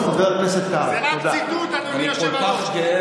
אתה לא תגיד לראש ממשלה "השתגעת".